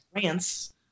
France